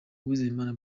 uwizeyimana